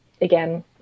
Again